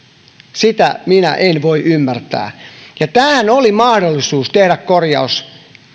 sitä minä en voi ymmärtää ja tähän oli mahdollisuus tehdä korjaus